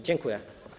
Dziękuję.